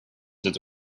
did